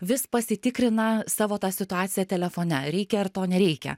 vis pasitikrina savo tą situaciją telefone reikia ar to nereikia